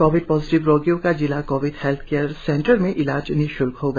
Covid positive रोगियों का जिला कोविड हेल्थ केयर सेंटर में इलाज निश्ल्क होगा